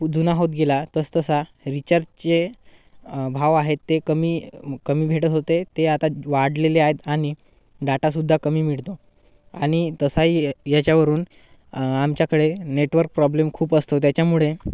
जुना होत गेला तसं तसा रिचार्जचेे भाव आहेत ते कमी कमी भेटत होते ते आता वाढलेले आहेतआणि डाटासुद्धा कमी मिळतो आनि तसाही याच्यावरून आ आमच्याकडे नेटवर्क प्रॉब्लेम खूप असतो त्याच्यामुडे